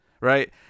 Right